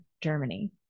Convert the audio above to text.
Germany